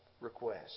request